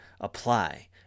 apply